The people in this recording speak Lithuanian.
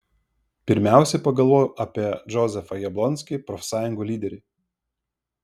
pirmiausiai pagalvojau apie džozefą jablonskį profsąjungų lyderį